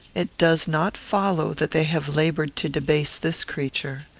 it does not follow that they have laboured to debase this creature.